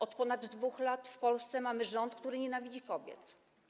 Od ponad 2 lat w Polsce mamy rząd, który nienawidzi kobiet.